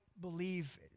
believe